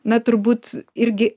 na turbūt irgi